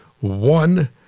one